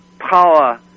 power